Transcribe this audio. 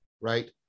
right